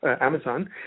Amazon